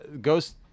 ghost